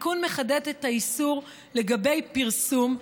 התיקון מחדד את האיסור לגבי פרסום,